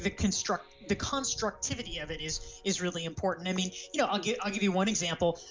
the contract the contract if any of it is is really important. i mean you know i'll give i'll give you one example.